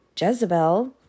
Jezebel